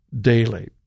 daily